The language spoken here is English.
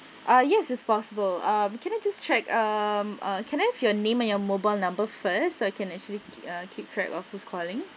ah yes it's possible um can I just check um uh can I have your name and your mobile number first so I can actually uh keep track of who's calling